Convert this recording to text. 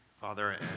Father